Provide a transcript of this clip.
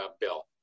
Bill